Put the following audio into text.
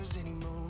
anymore